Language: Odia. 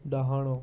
ଡାହାଣ